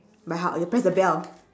by how you press the bell